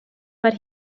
but